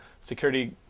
security